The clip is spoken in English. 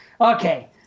Okay